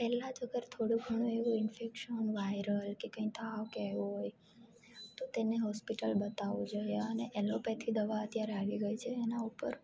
પહેલા જ અગર થોળુ ઘણું એવું ઈન્ફેકશન વાયરલ કે કંઈ તાવ કે આવ્યો હોય તો તેને હોસ્પિટલ બતાવું જોઈએ અને એલોપેથી દવા અત્યારે આવી ગઈ છે એના ઊપર